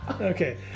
Okay